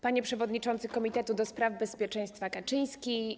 Panie Przewodniczący Komitetu do spraw Bezpieczeństwa Kaczyński!